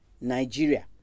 Nigeria